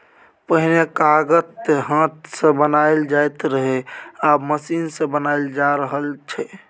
पहिने कागत हाथ सँ बनाएल जाइत रहय आब मशीन सँ बनाएल जा रहल छै